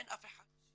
אין אף אחד,